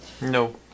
No